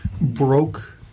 broke